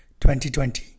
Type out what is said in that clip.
2020